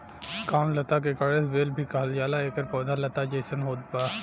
कामलता के गणेश बेल भी कहल जाला एकर पौधा लता जइसन होत बा